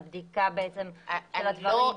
על בדיקה של הדברים,